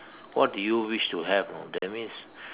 what do you wish to have you know that means